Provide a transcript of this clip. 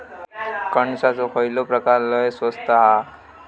कणसाचो खयलो प्रकार लय स्वस्त हा?